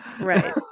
right